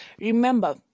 remember